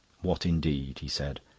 what, indeed! he said.